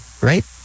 right